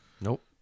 Nope